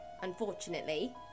Unfortunately